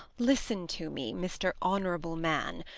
listen to me, mr. honourable man.